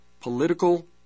political